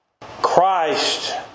Christ